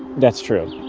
that's true.